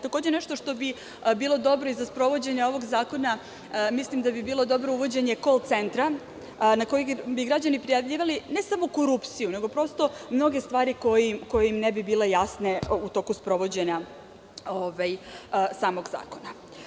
Takođe nešto što bi bilo dobro i za sprovođenje ovog zakona, to je uvođenje kol-centra na koji bi građani prijavljivali ne samo korupciju, nego i mnoge stvari koje im ne bi bile jasne u toku sprovođenja samog zakona.